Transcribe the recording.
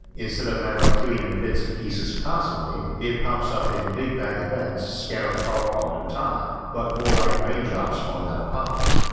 instead of matter appearing in bits and pieces constantly, it pops up in big bang events scattered far apart in time, but more like raindrops falling on a pond.